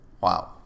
Wow